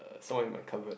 some more in my cupboard